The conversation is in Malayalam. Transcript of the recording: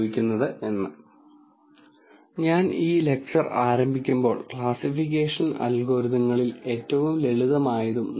1 ആയും നിങ്ങൾ ഇത് വരാനുള്ള സാധ്യത നിയോഗിക്കുകയാണെങ്കിൽ ഈ ഡാറ്റ പോയിന്റ് ക്ലാസ് 1 ൽ ഉൾപ്പെടാൻ സാധ്യതയുണ്ടെന്ന് ഒരാൾ വിലയിരുത്തും